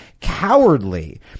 cowardly